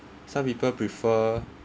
some people prefer